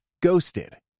Ghosted